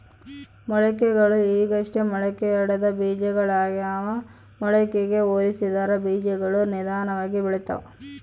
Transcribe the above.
ಮೊಳಕೆಗಳು ಈಗಷ್ಟೇ ಮೊಳಕೆಯೊಡೆದ ಬೀಜಗಳಾಗ್ಯಾವ ಮೊಳಕೆಗೆ ಹೋಲಿಸಿದರ ಬೀಜಗಳು ನಿಧಾನವಾಗಿ ಬೆಳಿತವ